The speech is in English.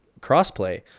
crossplay